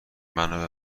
منو